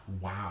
Wow